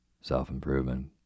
self-improvement